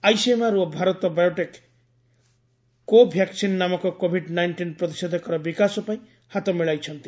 ICMR ଓ Bharat Biotech Covaxin ନାମକ Covid nineteen ପ୍ରତିଶେଧକର ବିକାଶ ପାଇଁ ହାତ ମିଳାଇଛନ୍ତି